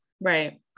Right